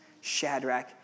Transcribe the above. Shadrach